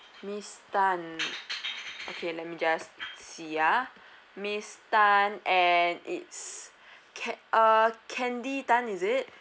miss tan okay let me just see ah miss tan and it's ca~ uh candy tan is it